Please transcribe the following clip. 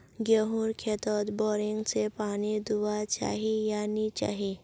गेँहूर खेतोत बोरिंग से पानी दुबा चही या नी चही?